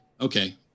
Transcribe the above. Okay